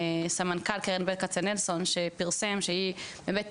סמנכ"ל קרן ברל כצנלסון שפרסם שהיא באמת